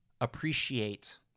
appreciate